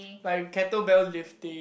like kettle bell lifting